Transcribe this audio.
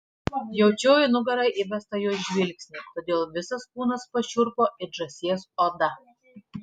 jaučiau į nugarą įbestą jo žvilgsnį todėl visas kūnas pašiurpo it žąsies oda